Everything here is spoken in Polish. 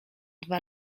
dwa